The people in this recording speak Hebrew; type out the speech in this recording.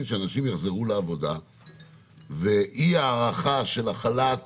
שאנשים יחזרו לעבודה ואי ההארכה של החל"ת